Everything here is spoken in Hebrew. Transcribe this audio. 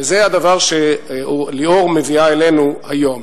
וזה הדבר שליאור מביאה אלינו היום.